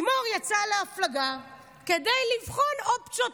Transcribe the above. לימור יצאה להפלגה כדי לבחון אופציות